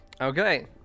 Okay